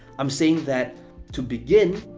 i'm saying that to begin,